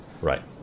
Right